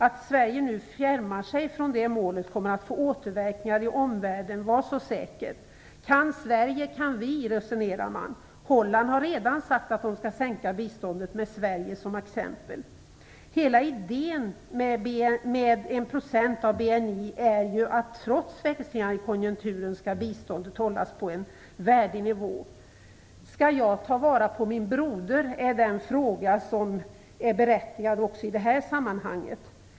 Att Sverige nu fjärmar sig från det målet kommer att få återverkningar i omvärlden - var så säker. Kan Sverige så kan vi, resonerar man. Holland har redan sagt att de skall sänka biståndet med Sverige som exempel. Hela idén med en procent av BNI är att biståndet skall hållas på en värdig nivå trots växlingar i konjunkturen. Skall jag ta vara på min broder? Det är en fråga som är berättigad också i detta sammanhang.